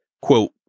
quote